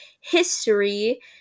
history